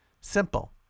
Simple